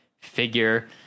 figure